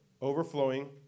Overflowing